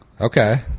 Okay